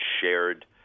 shared